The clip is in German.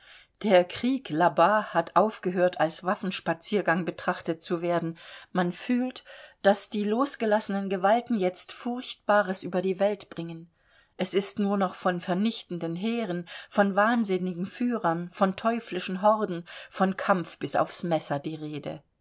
der krieg l bas hat aufgehört als waffenspaziergang betrachtet zu werden man fühlt daß die losgelassenen gewalten jetzt furchtbares über die welt bringen es ist nur noch von vernichteten heeren von wahnsinnigen führern von teuflichen horden von kampf bis aufs messer die rede